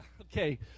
Okay